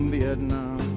Vietnam